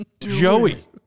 Joey